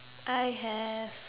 I have